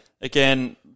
Again